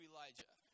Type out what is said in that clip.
Elijah